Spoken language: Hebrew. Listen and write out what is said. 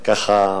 אז ככה,